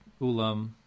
Ulam